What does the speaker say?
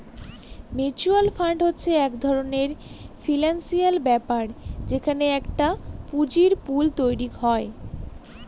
mutual fund হচ্ছে এক ধরনের ফিনান্সিয়াল ব্যবস্থা যেখানে একটা পুঁজির পুল তৈরী করা হয়